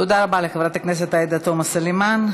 תודה רבה לחברת עאידה תומא סלימאן.